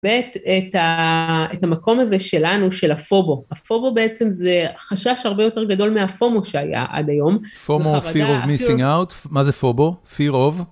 ואת המקום הזה שלנו, של הפובו. הפובו בעצם זה חשש הרבה יותר גדול מהפומו שהיה עד היום. פומו, fear of missing out? מה זה פובו? Fear of?